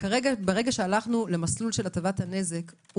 ברגע שהלכנו למסלול של הטבת הנזק,